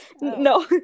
No